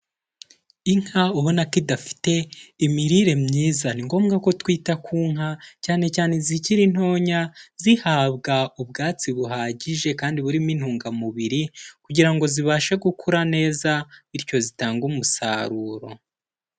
Inka ubona ko idafite imirire myiza, ni ngombwa ko twita ku nka cyane cyane izikiri ntonya, zihabwa ubwatsi buhagije kandi burimo intungamubiri kugira ngo zibashe gukura neza bityo zitange umusaruro.